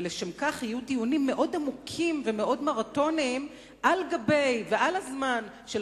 ולשם כך יהיו דיונים מאוד עמוקים ומאוד מרתוניים על גבי ועל הזמן של